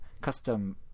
Custom